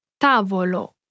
Tavolo